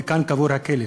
וכאן קבור הכלב.